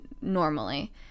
normally